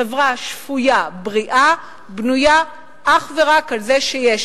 חברה שפויה בריאה בנויה אך ורק על זה שיש